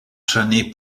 prynu